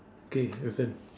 K your turn